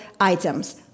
items